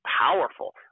powerful